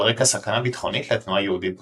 על רקע סכנה ביטחונית לתנועה יהודית בכביש.